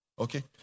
Okay